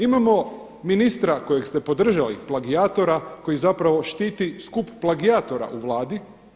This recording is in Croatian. Imamo ministra kojeg ste podržali plagijatora koji zapravo štiti skup plagijatora u Vladi.